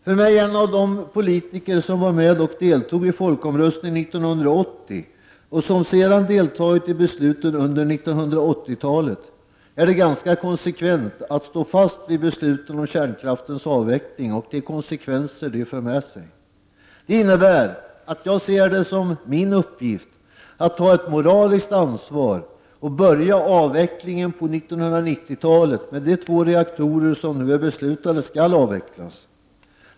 För mig, en av de politiker som deltog i folkomröstningen 1980 och som sedan har deltagit i besluten under 1980-talet, är det ganska konsekvent att stå fast vid besluten om kärnkraftens avveckling och de följder detta får. Det innebär att jag ser det som min uppgift att ta ett moraliskt ansvar och börja avvecklingen på 1990-talet med de två reaktorer som nu enligt beslut skall avvecklas.